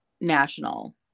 national